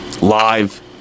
live